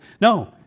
No